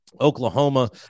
Oklahoma